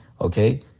okay